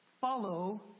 Follow